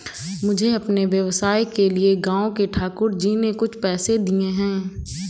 मुझे अपने व्यवसाय के लिए गांव के ठाकुर जी ने कुछ पैसे दिए हैं